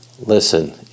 listen